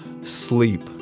sleep